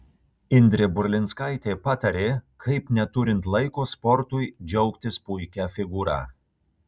indrė burlinskaitė patarė kaip neturint laiko sportui džiaugtis puikia figūra